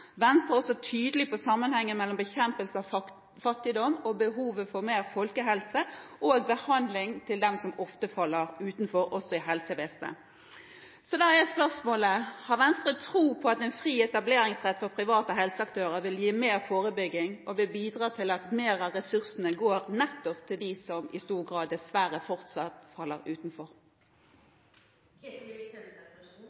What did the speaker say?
Venstre er også tydelig på sammenhengen mellom bekjempelse av fattigdom og behovet for mer folkehelse og behandling til dem som ofte faller utenfor – også i helsevesenet. Da er spørsmålet: Har Venstre tro på at en fri etableringsrett for private helseaktører vil gi mer forebygging og bidra til at mer av ressursene går nettopp til dem som i stor grad, dessverre, fortsatt faller utenfor?